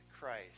Christ